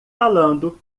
falando